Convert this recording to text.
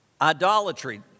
idolatry